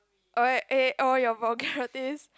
alright eh all your vulgarities